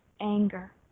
anger